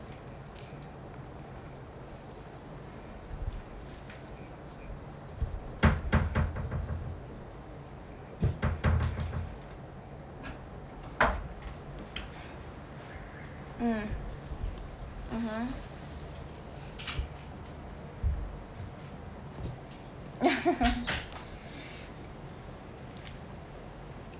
mm mmhmm